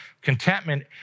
contentment